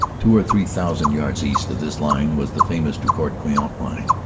two or three thousand yards east of this line was the famous drocourt-queant line,